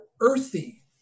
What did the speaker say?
earthy